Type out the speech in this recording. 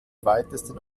weitesten